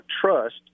trust